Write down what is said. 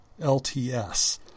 LTS